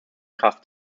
kraft